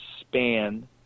span